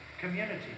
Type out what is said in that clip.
community